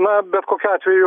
na bet kokiu atveju